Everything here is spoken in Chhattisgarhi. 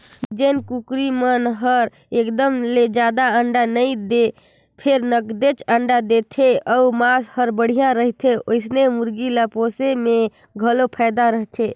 जेन कुकरी मन हर एकदम ले जादा अंडा नइ दें फेर नगदेच अंडा देथे अउ मांस हर बड़िहा रहथे ओइसने मुरगी ल पोसे में घलो फायदा रथे